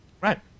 Right